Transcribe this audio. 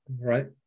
right